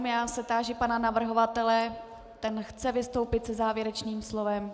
Já se táži pana navrhovatele, ten chce vystoupit se závěrečným slovem.